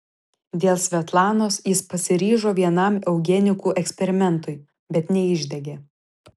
dėl svetlanos jis pasiryžo vienam eugenikų eksperimentui bet neišdegė